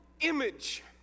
image